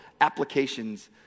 applications